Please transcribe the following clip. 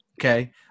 Okay